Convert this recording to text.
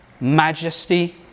majesty